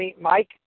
Mike